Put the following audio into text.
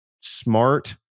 smart